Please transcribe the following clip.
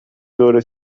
دور